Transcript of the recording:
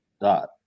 dot